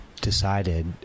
decided